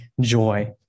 joy